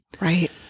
Right